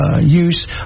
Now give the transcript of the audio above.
use